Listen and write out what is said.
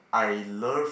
I love